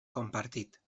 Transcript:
compartit